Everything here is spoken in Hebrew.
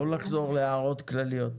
לא לחזור להערות כלליות.